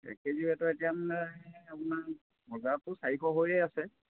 এক K G ৱেটৰ এতিয়াা মানে আপোনাৰ বজাৰতটো চাৰিশ হৈয়ে আছে